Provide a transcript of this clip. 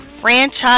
Franchise